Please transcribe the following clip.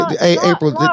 april